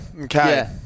Okay